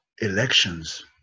Elections